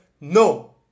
NO